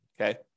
Okay